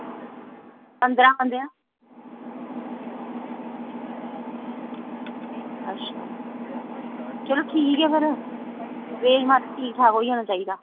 पंदरां पंदरां अच्छा चलो ठीक ऐ फिर अरेंजमैंट ठीक ठाक होई जानां चाही दा